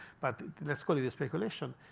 but let's call it the speculation.